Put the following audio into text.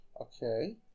Okay